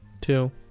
two